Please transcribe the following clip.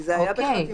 כי זה היה "בחתימתו".